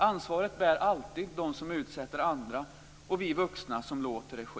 Ansvaret bär alltid de som utsätter andra för den och vi vuxna som låter den ske.